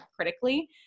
critically